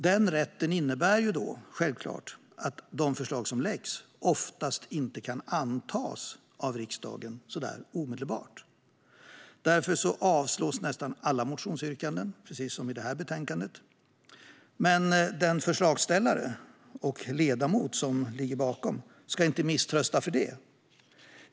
Den rätten innebär självklart att de förslag som läggs fram oftast inte kan antas av riksdagen omedelbart. Därför avstyrks nästan alla motionsyrkanden, precis som i detta betänkande. Men den förslagsställare och ledamot som står bakom dem ska inte misströsta för det.